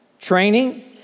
Training